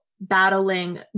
battling